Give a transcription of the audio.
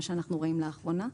מה שאנחנו רואים לאחרונה.